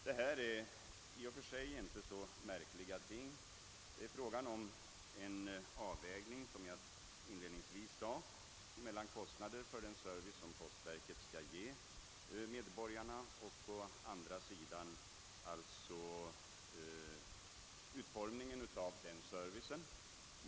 Det är, som jag sade inledningsvis, fråga om en avvägning mellan å ena sidan kostnader för den service som postverket skall ge medborgarna och å andra sidan utformningen av denna service.